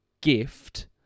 gift